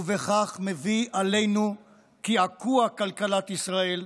ובכך מביא עלינו קעקוע של כלכלת ישראל,